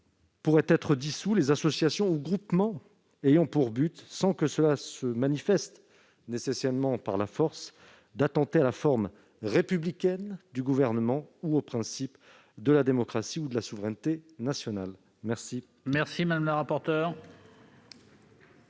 pourraient être dissous les associations ou groupements ayant pour but, sans que cela se manifeste nécessairement par la force, « d'attenter à la forme républicaine du Gouvernement ou aux principes de la démocratie ou de la souveraineté nationale ». Quel est l'avis de